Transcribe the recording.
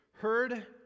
Heard